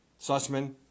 Sussman